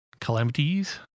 Calamities